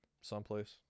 someplace